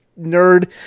nerd